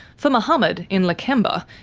for mohammed, in lakemba,